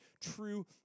true